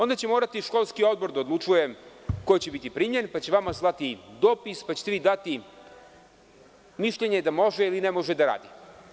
Onda će morati školski odbor da odlučuje ko će biti primljen, pa će vama slati dopis, pa ćete vi dati mišljenje da može ili ne može da radi.